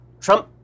Trump